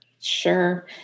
Sure